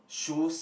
shoes